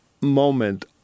moment